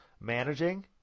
managing